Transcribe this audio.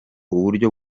uburyo